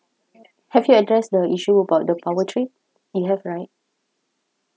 have you address the issue about the power trip you have right